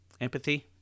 Empathy